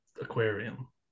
aquarium